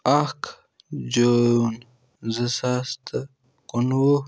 اَکھ جوٗن زٕ ساس تہٕ کُنوُہ